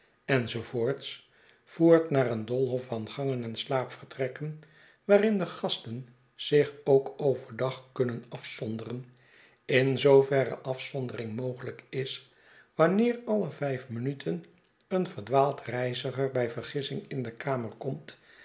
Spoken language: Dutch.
enz voert naar een doolhof van gangen en slaapvertrekken waarin de gasten zich ook over dag kunnen afzonderen in zooverre afzondering raogelijk is wanneer alle vijf minuten een verdwaald reiziger bij vergissing in dekamerkomt